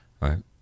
right